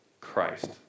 Christ